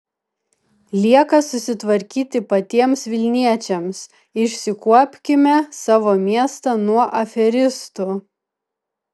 lieka susitvarkyti patiems vilniečiams išsikuopkime savo miestą nuo aferistų